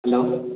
hello